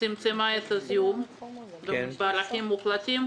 צמצמה את הזיהום בערכים מוחלטים.